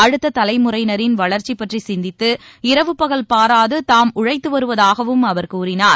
அடுத்த தலைமுறையினரின் வளர்ச்சி பற்றி சிந்தித்து இரவு பகல் பாராது தாம் உழைத்து வருவதாகவும் அவர் கூறினார்